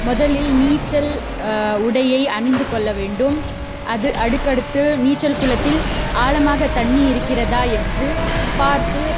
முதலில் நீச்சல் உடையை அணிந்து கொள்ள வேண்டும் அது அதற்கடுத்து நீச்சல் குளத்தில் ஆழமாக தண்ணி இருக்கிறதா என்று பார்த்து